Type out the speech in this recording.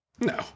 No